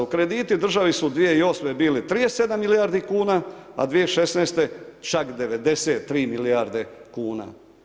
Krediti državi su 2008. bili 37 milijardi kuna, a 2016. čak 93 milijarde kuna.